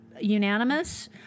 unanimous